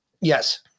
yes